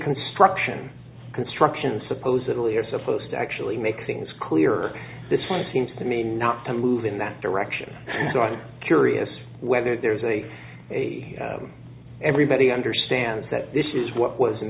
construction construction supposedly are supposed to actually make things clearer this one seems to me not to move in that direction so i'm curious whether there is a a everybody understands that this is what was